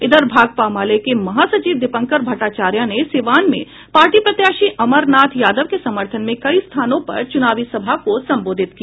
इधर भाकपा माले के महासचिव दीपांकर भट्टाचार्य ने सीवान में पार्टी प्रत्याशी अमरनाथ यादव के समर्थन में कई स्थानों पर चुनावी सभा को संबोधित किया